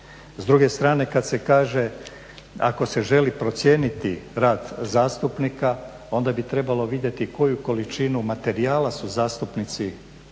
S druge strane kada se kaže, ako se želi procijeniti rad zastupnika onda bi trebalo vidjeti koju količinu materijala su zastupnici